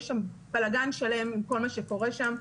יש שם בלגן שלם עם כל מה שקורה שם.